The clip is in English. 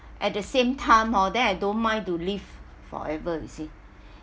at the same time hor then I don't mind to live forever you see